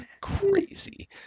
crazy